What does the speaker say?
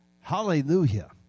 Hallelujah